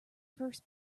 first